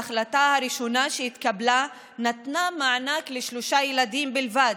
ההחלטה הראשונה שהתקבלה נתנה מענק לשלושה ילדים בלבד,